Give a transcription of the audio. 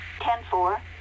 Ten-four